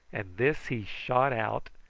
and this he shot out,